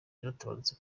yaratabarutse